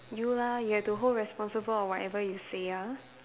you lah you have to hold responsible of whatever you say ah